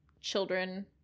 children